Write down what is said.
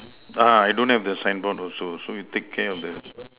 ah I don't have the sign board also so you take care of the